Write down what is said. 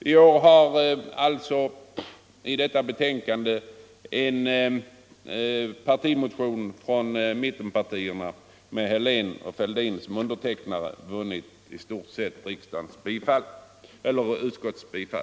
I år har alltså utskottet i stort sett tillstyrkt en partimotion från mittenpartierna med herrar Helén och Fälldin såsom undertecknare.